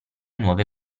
nuove